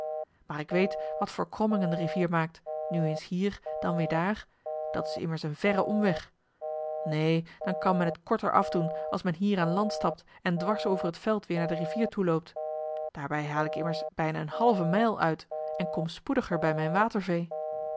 maar ik weet wat voor krommingen de rivier maakt nu eens hier dan weer daar dat is immers een verre omweg neen dan kan men het korter afdoen als men hier aan land stapt en dwars over het veld weer naar de rivier toe loopt daarbij haal ik immers bijna een halve mijl uit en kom spoediger bij mijn watervee